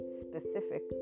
specific